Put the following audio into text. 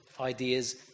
ideas